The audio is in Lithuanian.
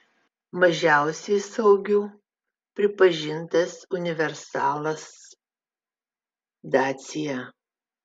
mažiausiai saugiu pripažintas universalas dacia